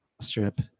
strip